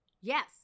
Yes